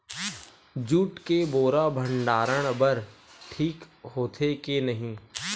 Jute के बोरा भंडारण बर ठीक होथे के नहीं?